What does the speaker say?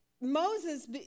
Moses